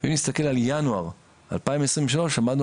ואם נסתכל על ינואר 2023, עמדנו